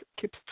keeps